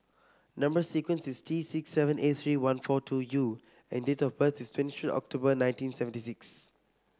number sequence is T six seven eight three one four two U and date of birth is twenty third October nineteen seventy six